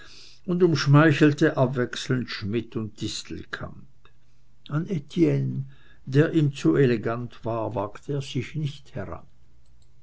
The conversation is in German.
und umschmeichelte abwechselnd schmidt und distelkamp an etienne der ihm zu elegant war wagte er sich nicht heran